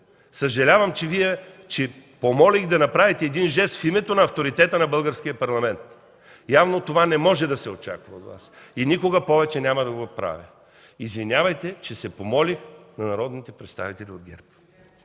Съжалявам, че помолих да направите един жест в името на авторитета на Българския парламент! Явно това не може да се очаква от Вас и никога повече няма да го правя. Извинявайте, че се помолих на народните представители от ГЕРБ.